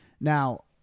Now